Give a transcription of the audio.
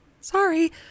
Sorry